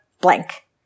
blank